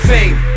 Fame